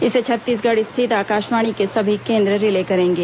इसे छत्तीसगढ़ स्थित आकाशवाणी के सभी केंद्र रिले करेंगे